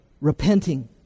Repenting